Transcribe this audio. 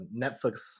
Netflix